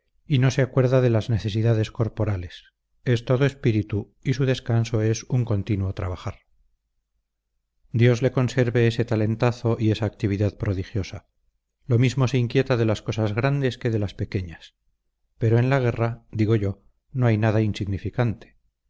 y no se acuerda de las necesidades corporales es todo espíritu y su descanso es un continuo trabajar dios le conserve ese talentazo y esa actividad prodigiosa lo mismo se inquieta de las cosas grandes que de las pequeñas pero en la guerra digo yo no hay nada insignificante